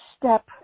step